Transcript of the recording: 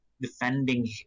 defending